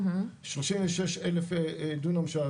שלושים ושש אלף דונם שטח,